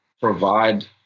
provide